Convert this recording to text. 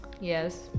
yes